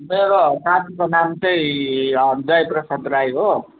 मेरो साथीको नाम चाहिँ जयप्रसाद राई हो